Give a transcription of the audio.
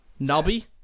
Nobby